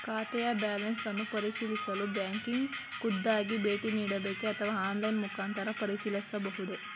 ಖಾತೆಯ ಬ್ಯಾಲೆನ್ಸ್ ಅನ್ನು ಪರಿಶೀಲಿಸಲು ಬ್ಯಾಂಕಿಗೆ ಖುದ್ದಾಗಿ ಭೇಟಿ ನೀಡಬೇಕೆ ಅಥವಾ ಆನ್ಲೈನ್ ಮುಖಾಂತರ ಪರಿಶೀಲಿಸಬಹುದೇ?